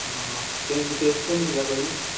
ହଁ କେମିତି ଟେଷ୍ଟ୍ କେମିତି ଥିଲା କହିଲୁ